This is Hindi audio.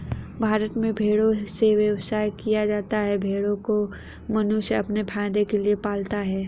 भारत में भेड़ों से व्यवसाय किया जाता है भेड़ों को मनुष्य अपने फायदे के लिए पालता है